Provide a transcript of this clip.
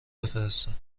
بفرستم